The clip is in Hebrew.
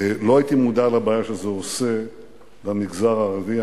לא הייתי מודע לבעיה שזה עושה למגזר הערבי.